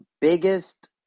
biggest